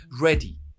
ready